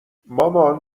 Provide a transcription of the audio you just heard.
مامان